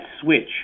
switch